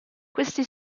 questi